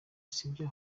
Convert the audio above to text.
sibyo